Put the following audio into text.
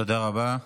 תודה רבה.